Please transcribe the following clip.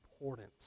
important